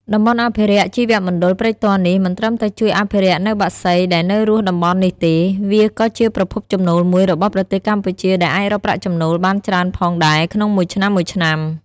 តំបន់អភិរក្សជីវមណ្ឌលព្រែកទាល់នេះ មិនត្រឹមតែជួយអភិរក្សនៅបក្សីដែលនៅរស់តំបន់នេះទេ វាក៏ជាប្រភពចំណូលមួយរបស់ប្រទេសកម្ពុជាដែលអាចរកប្រាក់ចំណូលបានច្រើនផងដែលក្នុងមួយឆ្នាំៗ។